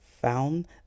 found